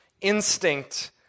instinct